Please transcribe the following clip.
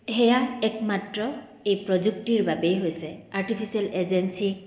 সেয়া একমাত্ৰ এই প্ৰযুক্তিৰ বাবেই হৈছে আৰ্টিফিচিয়েল ইন্টেলিজেন্স